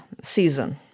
season